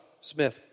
Smith